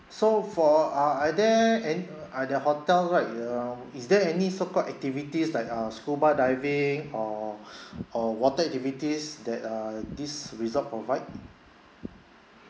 so for uh are there an~ at the hotel right um is there any so called activities like err scuba diving or or water activities that uh this resort provide